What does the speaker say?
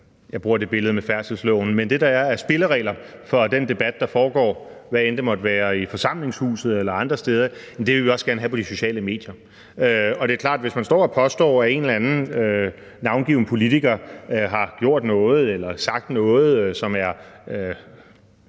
jeg bruger det billede med færdselsloven – for den debat, der måtte foregå enten i forsamlingshuset eller andre steder, vil vi også gerne have på de sociale medier. Og det er klart, at hvis man står og påstår, at en eller anden navngiven politiker har gjort noget eller sagt noget, som er